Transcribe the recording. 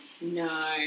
No